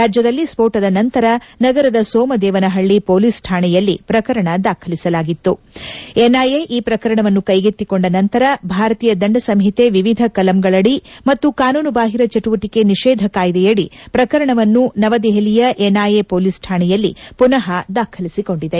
ರಾಜ್ಯದಲ್ಲಿ ಸ್ಪೋಟದ ನಂತರ ನಗರದ ಸೋಮದೇವನಹಳ್ಳಿ ಪೋಲಿಸ್ ಠಾಣೆಯಲ್ಲಿ ಪ್ರಕರಣ ದಾಖಲಿಸಲಾಗಿತ್ತು ಎನ್ಐಎ ಈ ಪ್ರಕರಣವನ್ನು ಕೈಗೆತ್ತಿಕೊಂಡ ನಂತರ ಭಾರತೀಯ ದಂಡ ಸಂಹಿತೆ ವಿವಿಧ ಕಲಂಗಳದಿ ಮತ್ತು ಕಾನೂನು ಬಾಹಿರ ಚಟುವಟಿಕೆ ನಿಷೇಧ ಕಾಯ್ದೆಯಡಿ ಪ್ರಕರಣವನ್ನು ನವದೆಹಲಿಯ ಎನ್ಐಎ ಪೋಲಿಸ್ ಠಾಣೆಯಲ್ಲಿ ಪುನಃ ದಾಖಲಿಸಿಕೊಂಡಿದೆ